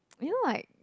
you know like